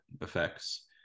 effects